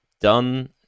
done